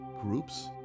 groups